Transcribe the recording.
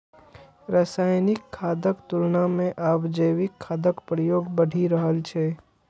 रासायनिक खादक तुलना मे आब जैविक खादक प्रयोग बढ़ि रहल छै